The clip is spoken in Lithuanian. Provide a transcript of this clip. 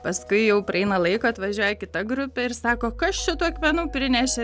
paskui jau praeina laiko atvažiuoja kita grupė ir sako kad čia tų akmenų prinešė